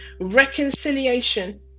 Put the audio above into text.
reconciliation